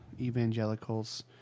evangelicals